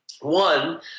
one